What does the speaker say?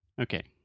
Okay